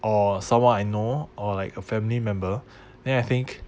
or someone I know or like a family member then I think